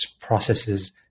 processes